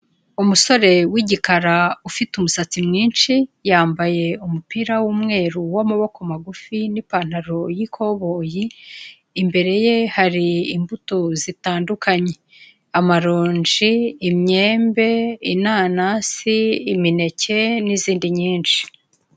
Umusore w'igikara ufite umusatsi mwinshi yambaye umupira w'umweru, w'amaboko magufi n'ipantaro y'ikoboyi, imbere ye hari imbuto zitandukanye, amaronji imyembe inanasi imineke n'izindi nyinshi.